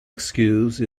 excuse